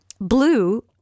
Blue